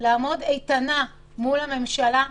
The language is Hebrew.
לעמוד איתנה מול הממשלה,